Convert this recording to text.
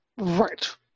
Right